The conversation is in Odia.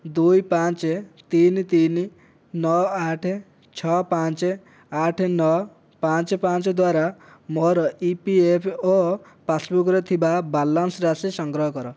ଦୁଇ ପାଞ୍ଚ ତିନି ତିନି ନଅ ଆଠ ଛଅ ପାଞ୍ଚ ଆଠ ନଅ ପାଞ୍ଚ ପାଞ୍ଚ ଦ୍ଵାରା ମୋର ଇପିଏଫ୍ଓ ପାସ୍ବୁକ୍ରେ ଥିବା ବାଲାନ୍ସ ରାଶି ସଂଗ୍ରହ କର